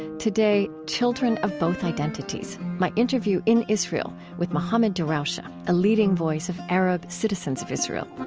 today children of both identities, my interview in israel with mohammad darawshe, ah a leading voice of arab citizens of israel